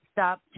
Stop